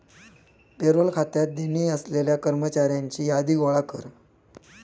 payroll खात्यात देणी असलेल्या कर्मचाऱ्यांची यादी गोळा कर